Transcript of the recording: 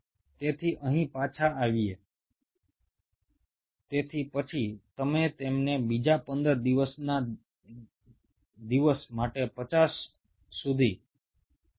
এরপর তোমরা এগুলোকে আরও 15 দিন অর্থাৎ 50 তম দিন পর্যন্ত বৃদ্ধি পেতে দিচ্ছো